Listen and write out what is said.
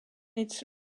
its